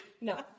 No